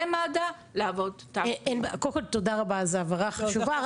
למד"א --- קודם כול תודה רבה, זו הבהרה חשובה.